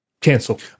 cancel